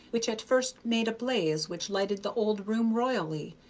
which at first made a blaze which lighted the old room royally,